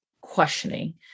questioning